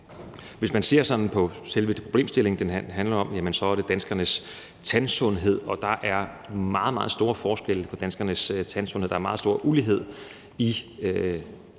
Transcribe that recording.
Hvis man ser på selve problemstillingen, som det handler om, er der meget, meget stor forskel på danskernes tandsundhed, der er altså meget stor ulighed i